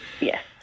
Yes